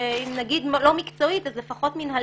ואם נגיד לא מקצועית, אז לפחות מינהלתית.